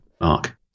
Mark